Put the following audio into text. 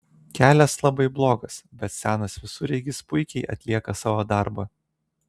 kelias labai blogas bet senas visureigis puikiai atlieka savo darbą